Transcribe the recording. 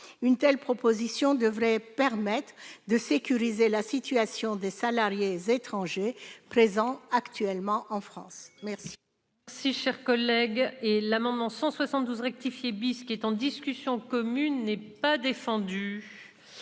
Une telle proposition devrait permettre de sécuriser la situation des salariés étrangers présents actuellement en France.